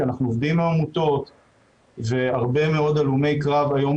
כי אנחנו עובדים עם עמותות והרבה מאוד הלומי קרב היום